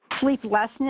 Sleeplessness